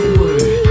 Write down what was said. word